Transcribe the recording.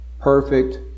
perfect